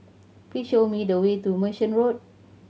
please show me the way to Merchant Road